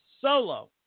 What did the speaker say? Solo